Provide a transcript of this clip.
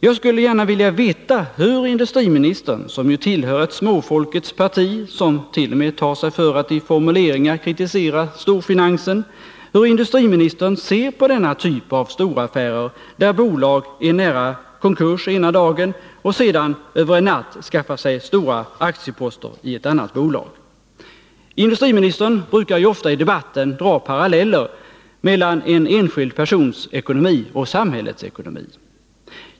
Jag skulle gärna vilja veta hur industriministern, som tillhör ett småfolkets parti och som t.o.m. tar sig före att i formuleringar kritisera storfinansen, ser på denna typ av storaffärer, där bolag är nära konkurs ena dagen och sedan över en natt skaffar sig stora aktieposter i ett annat bolag. Industriministern brukar ju ofta i debatten dra paralleller mellan en enskild persons ekonomi och samhällets ekonomi.